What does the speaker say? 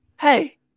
Hey